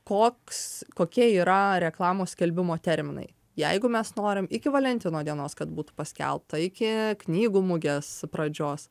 koks kokie yra reklamos skelbimo terminai jeigu mes norim iki valentino dienos kad būtų paskelbta iki knygų mugės pradžios